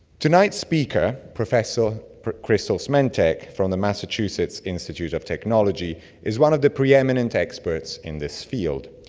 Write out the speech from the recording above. tonight's speaker, professor kristel smentek from the massachusetts institute of technology is one of the preeminent experts in this field.